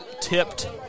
tipped